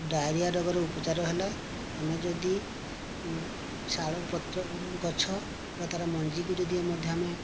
diarrhoea ରୋଗର ଉପଚାର ହେଲା ଆମେ ଯଦି ଶାଳ ପତ୍ର ଗଛ ବା ତା'ର ମଞ୍ଜିକୁ ଯଦି ମଧ୍ୟ ଆମେ